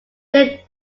they